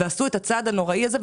עשו את הצעד הנוראי הזה.